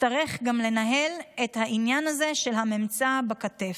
אצטרך גם לנהל את העניין הזה של הממצא בכתף.